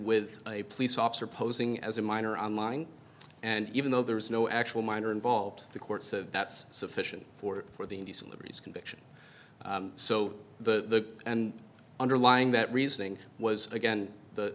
with a police officer posing as a minor online and even though there was no actual minor involved the courts of that's sufficient for for the indecent liberties conviction so the and underlying that reasoning was again the